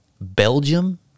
Belgium